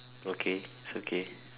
okay it's okay